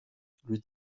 lui